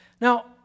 Now